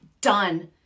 Done